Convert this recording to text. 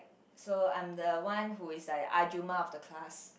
so I'm the one who is like the ahjumma of the class